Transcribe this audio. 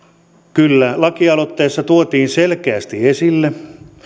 kyllä lakialoitteessa tuotiin selkeästi esille